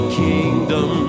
kingdom